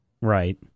right